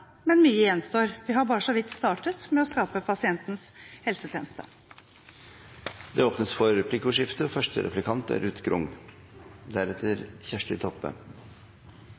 men ikke fornøyd. Resultatene er bra, men mye gjenstår. Vi har bare så vidt startet med å skape pasientens helsetjeneste. Det blir replikkordskifte. Jeg er